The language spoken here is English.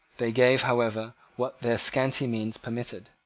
they gave, however, what their scanty means permitted.